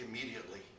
Immediately